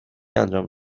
انجام